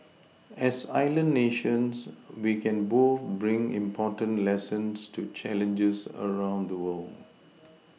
as island nations we can both bring important lessons to challenges around the world